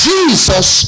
Jesus